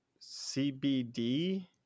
CBD